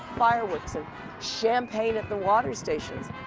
fireworks and champagne at the water stations.